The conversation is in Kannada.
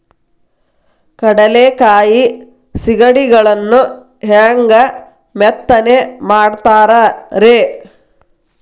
ಕಡಲೆಕಾಯಿ ಸಿಗಡಿಗಳನ್ನು ಹ್ಯಾಂಗ ಮೆತ್ತನೆ ಮಾಡ್ತಾರ ರೇ?